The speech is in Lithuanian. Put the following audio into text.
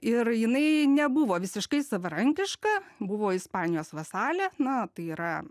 ir jinai nebuvo visiškai savarankiška buvo ispanijos vasalė na tai yra